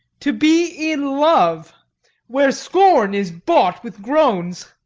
to be in love where scorn is bought with groans,